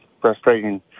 frustrating